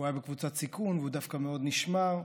הוא היה בקבוצת סיכון והוא דווקא מאוד נשמר.